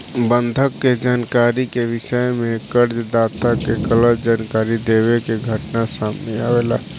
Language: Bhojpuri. बंधक के जानकारी के विषय में कर्ज दाता से गलत जानकारी देवे के घटना सामने आवेला